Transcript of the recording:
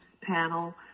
panel